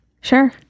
Sure